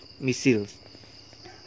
missiles